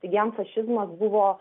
jam fašizmas buvo